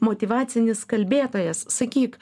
motyvacinis kalbėtojas sakyk